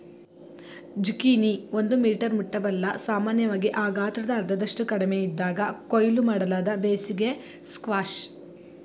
zucchini ಒಂದು metre ಮುಟ್ಟಬಲ್ಲ ಸಾಮಾನ್ಯವಾಗಿ ಆ ಗಾತ್ರದ ಅರ್ಧದಷ್ಟು ಕಡಿಮೆಯಿದ್ದಾಗ ಕೊಯ್ಲು ಮಾಡಲಾದ ಬೇಸಿಗೆ ಸ್ಕ್ವಾಷ್